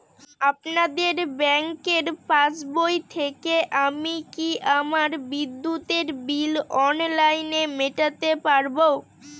আপনাদের ব্যঙ্কের পাসবই থেকে আমি কি আমার বিদ্যুতের বিল অনলাইনে মেটাতে পারবো?